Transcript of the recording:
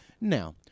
Now